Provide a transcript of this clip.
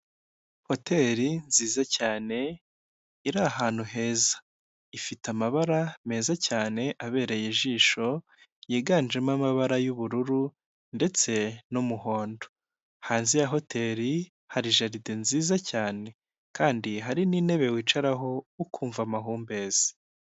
Hoteri nziza cyane iri ahantu heza ifite amabara meza cyane abereye ijisho yiganjemo amabara y'ubururu ndetse n'umuhondo, hanze ya hoteri hari jaride nziza cyane kandi hari n'intebe wicaraho ukumva amahumbezi.